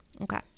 Okay